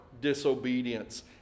disobedience